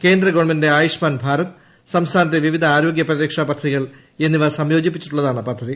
കേന്ദ്ര ഗവൺമെന്റിന്റെ ആയുഷ്മാൻ ഭാരത് സംസ്ഥാനത്തെ വിവിധ ആരോഗ്യ പരിരക്ഷാ പദ്ധതികൾ എന്നിവ സംയോജിപ്പിച്ചുള്ളതാണ് പദ്ധതി